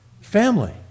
family